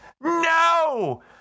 No